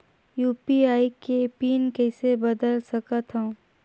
UPI के PIN कइसे बदल सकथव?